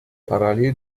parallel